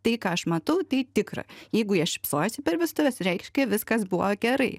tai ką aš matau tai tikra jeigu jie šypsojosi per vestuves reiškia viskas buvo gerai